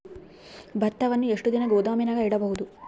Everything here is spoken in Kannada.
ಭತ್ತವನ್ನು ಎಷ್ಟು ದಿನ ಗೋದಾಮಿನಾಗ ಇಡಬಹುದು?